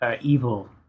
evil